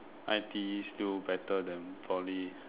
I_T_E still better than Poly